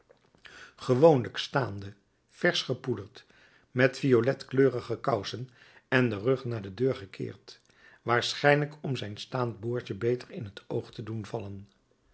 gewoonlijk staande versch gepoederd met violetkleurige kousen en den rug naar de deur gekeerd waarschijnlijk om zijn staand boordje beter in t oog te doen vallen